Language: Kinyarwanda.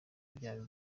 byayo